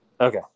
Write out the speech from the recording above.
Okay